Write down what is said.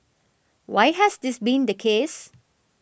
why has this been the case